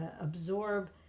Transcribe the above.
absorb